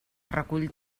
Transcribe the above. recull